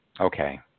Okay